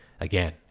Again